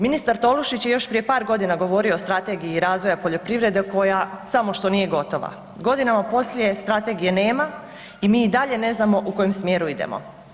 Ministar Tolušić je još prije par godina govorio o Strategiji razvoja poljoprivrede koja samo što nije gotova, godinama poslije strategije nema i mi dalje ne znamo u kojem smjeru idemo.